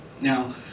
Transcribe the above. Now